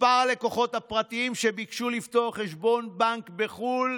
מספר הלקוחות הפרטיים שביקשו לפתוח חשבון בנק בחו"ל